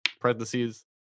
parentheses